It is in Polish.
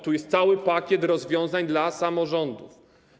Tu jest cały pakiet rozwiązań dla samorządów.